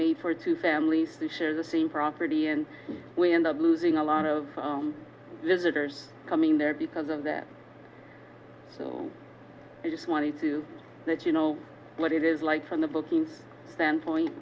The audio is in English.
made for two families who share the same property and we end up losing a lot of visitors coming there because of that so i just wanted to let you know what it is like from the bookings standpoint